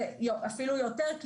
ואפילו יותר,